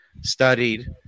studied